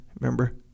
Remember